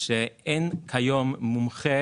אין כיום מומחה